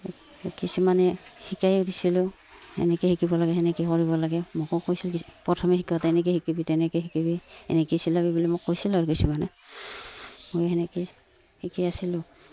কিছুমানে শিকাই দিছিলোঁ এনেকৈ শিকিব লাগে সেনেকৈ কৰিব লাগে মোকো কৈছিল প্ৰথমে শিকাওঁতে এনেকৈ শিকিবি তেনেকৈ শিকিবি এনেকৈয়ে চিলাবি বুলি মই কৈছিলোঁ আৰু কিছুমানে মই সেনেকৈয়ে শিকি আছিলোঁ